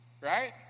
right